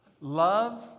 Love